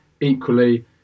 equally